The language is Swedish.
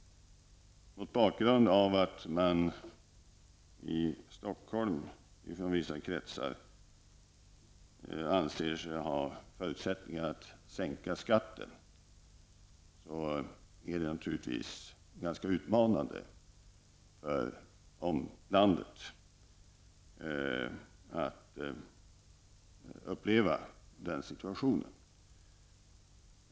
Med tanke på att man i vissa kretsar i Stockholm anser sig ha förutsättningar att kunna sänka skatten, är det naturligtvis ganska utmanande för landet i övrigt att uppleva den situationen.